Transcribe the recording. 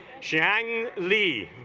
shang lee